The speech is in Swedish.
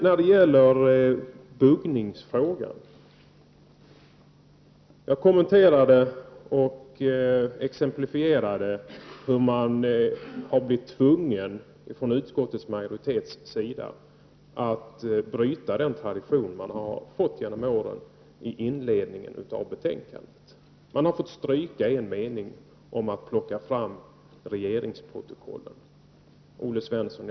När det gäller buggningsfrågan kommenterade och exemplifierade jag hur utskottets majoritet i inledningen av betänkandet har blivit tvungen att bryta den tradition man har haft genom åren. Man har fått stryka en mening om att plocka fram regeringsprotokollen.